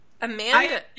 Amanda-